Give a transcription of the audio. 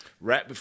right